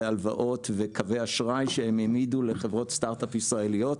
הלוואות וקווי אשראי שהם העמידו לחברות סטרטאפ ישראליות,